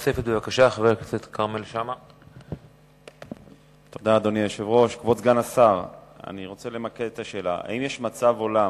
1. הצו בדבר